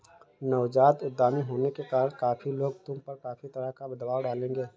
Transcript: नवजात उद्यमी होने के कारण काफी लोग तुम पर काफी तरह का दबाव डालेंगे